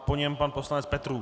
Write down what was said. Po něm pan poslanec Petrů.